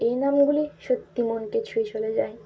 এই নামগুলি সত্যি মনকে ছুঁয়ে চলে যায়